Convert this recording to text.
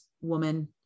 woman